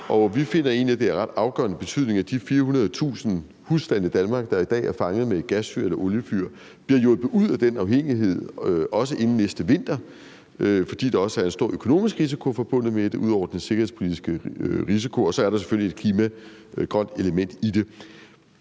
at det er af ret afgørende betydning, at de 400.000 husstande i Danmark, der i dag er fanget med et gasfyr eller et oliefyr, bliver hjulpet ud af den afhængighed, også inden næste vinter, fordi der også er en stor økonomisk risiko forbundet med det ud over den sikkerhedspolitiske risiko, og så er der selvfølgelig et grønt element i det.